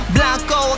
Blanco